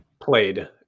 played